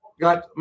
got